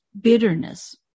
bitterness